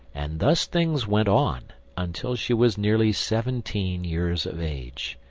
and thus things went on until she was nearly seventeen years of age.